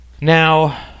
Now